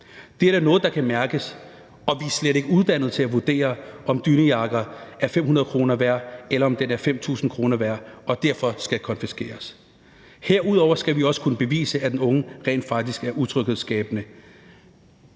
Det er da noget, der kan mærkes, og vi er slet ikke uddannet til at vurdere, om en dynejakke er 500 kr. værd, eller om den er 5.000 kr. værd og derfor skal konfiskeres. Herudover skal vi også kunne bevise, at den unge rent faktisk er utryghedsskabende.